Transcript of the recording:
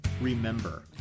Remember